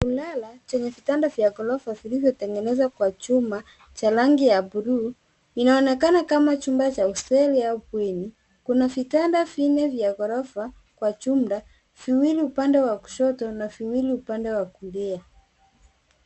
Kulala chenye vitanda vya ghorofa vilivyotengenezwa kwa chuma cha rangi ya buluu inaonekana kana chuma cha usafiri au bweni. Kuna vitanda vinne vya ghorofa kwa jumla, viwili upande wa kushoto na viwili upande wa kulia.